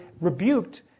rebuked